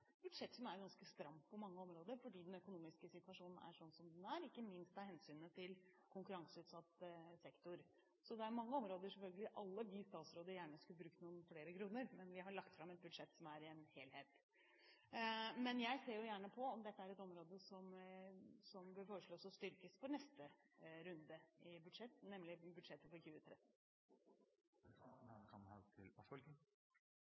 budsjett som er ganske stramt på mange områder fordi den økonomiske situasjonen er som den er, og ikke minst av hensyn til konkurranseutsatt sektor. Det er selvfølgelig mange områder som alle vi statsråder gjerne skulle brukt noen flere kroner på, men vi har lagt fram et budsjett som er en helhet. Men jeg ser gjerne på om dette er et område som bør foreslås styrket i neste runde i budsjettet, nemlig i budsjettet for 2013.